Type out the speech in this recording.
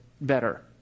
better